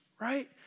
right